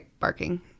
barking